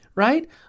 Right